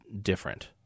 different